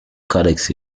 codex